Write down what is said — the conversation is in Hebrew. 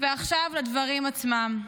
ועכשיו לדברים עצמם.